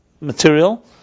material